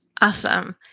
Awesome